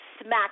smack